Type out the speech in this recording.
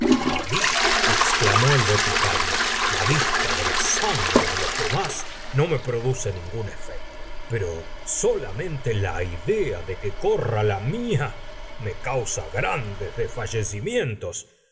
a ml exclamó el boticario la vista de la sangre de los demás no me produce ningún efecto pero solamente la idea de que corra la mía me causa grandes desfallecimientos he